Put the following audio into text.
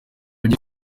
agiye